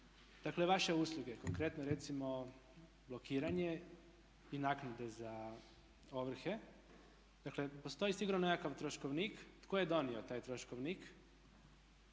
dakle vaše usluge, konkretno recimo blokiranje i naknade za ovrhe, dakle postoji sigurno nekakav troškovnik. Tko je donio taj troškovnik